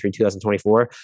2024